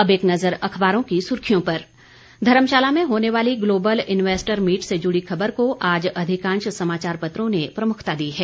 अब एक नजर अखबारों की सुर्खियों पर धर्मशाला में होने वाली ग्लोबल इन्वेस्टर मीट से जुड़ी खबर को आज अधिकांश समाचार पत्रों ने प्रमुखता दी है